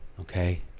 Okay